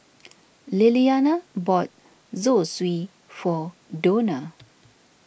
Lilliana bought Zosui for Dona